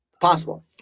Possible